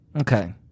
Okay